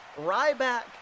Ryback